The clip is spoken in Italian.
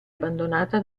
abbandonata